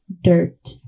dirt